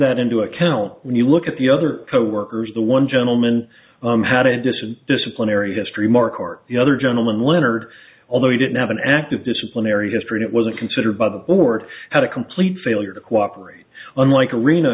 that into account when you look at the other coworkers the one gentleman had a decision disciplinary history mark or the other gentleman leonard although he didn't have an active disciplinary history that wasn't considered by the board had a complete failure to cooperate unlike arena